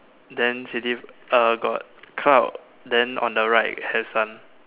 then uh got cloud then on the right has sun